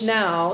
now